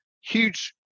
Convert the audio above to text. Huge